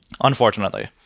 unfortunately